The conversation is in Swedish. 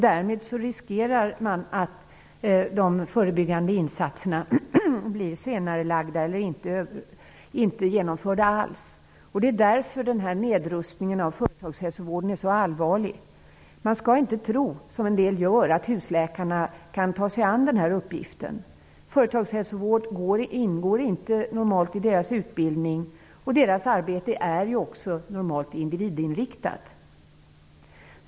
Därmed riskerar man att de förebyggande insatserna senareläggs eller inte genomförs alls. Därför är denna nedrustning av företagshälsovården så allvarlig. Man skall inte tro, vilket en del gör, att husläkarna kan ta sig an denna uppgift. Företagshälsovård ingår normalt inte i deras utbildning, och deras arbete är normalt också individinriktat.